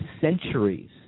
centuries